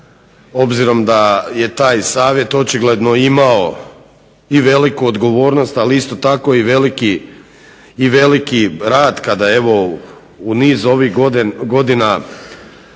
obzirom da je taj savjet očigledno imao i veliku odgovornost, ali isto tako i veliki rad kada evo u niz ovih godina